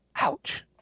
Ouch